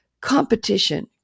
competition